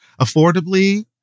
affordably